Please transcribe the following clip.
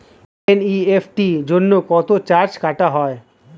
NEFT জন্য কত charge কাটা হয়?